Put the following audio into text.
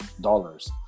dollars